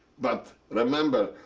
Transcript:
but, remember,